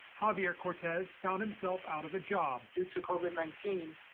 javier cortes found himself out of a job due to covid nineteen.